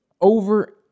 Over